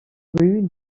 rue